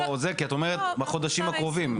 כי את אומרת בחודשים הקרובים.